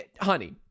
Honey